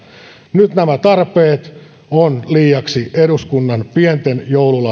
nyt nämä tarpeet ovat liiaksi eduskunnan pienten